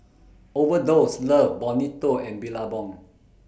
Overdose Love Bonito and Billabong